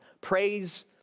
Praise